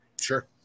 Sure